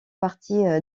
parti